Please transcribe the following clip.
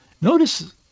Notice